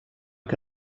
que